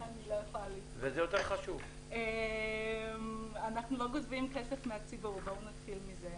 אנחנו לא גובים כסף מהציבור, בואו נתחיל מזה.